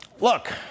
look